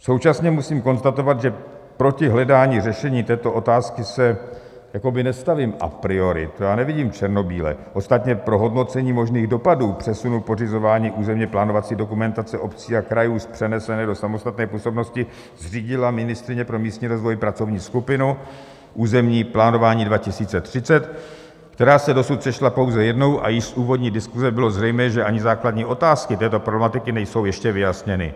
Současně musím konstatovat, že proti hledání řešení této otázky se jakoby nestavím a priori, to já nevidím černobíle, ostatně pro hodnocení možných dopadů přesunů pořizování územně plánovací dokumentace obcí a krajů z přenesené do samostatné působnosti, zřídila ministryně pro místní rozvoj pracovní skupinu Územní plánování 2030, která se dosud sešla pouze jednou a již z úvodní diskuse bylo zřejmé, že ani základní otázky této problematiky nejsou ještě vyjasněny.